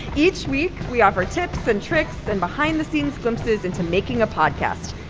each week, we offer tips and tricks and behind-the-scenes glimpses into making a podcast.